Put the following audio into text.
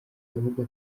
bavuga